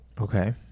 Okay